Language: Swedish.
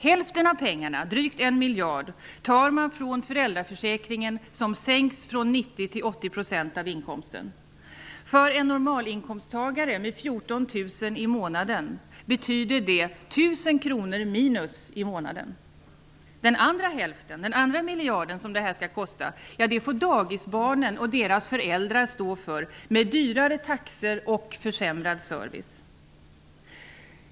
Hälften av pengarna, drygt en miljard, tar man från föräldraförsäkringen. Den sänks från 90 till 80 % av inkomsten. För en normalinkomsttagare med 14 000 i månaden betyder det 1 000 kr minus i månaden. Den andra hälften av pengarna, den andra miljarden, får dagisbarnen och deras föräldrar stå för i och med dyrare taxor och försämrad service.